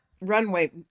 runway